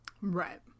Right